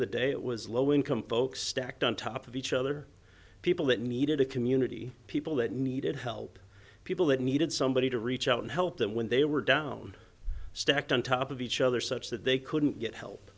of the day it was low income folks stacked on top of each other people that needed a community people that needed help people that needed somebody to reach out and help them when they were down stacked on top of each other such that they couldn't get help